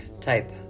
type